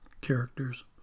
characters